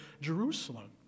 Jerusalem